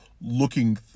looking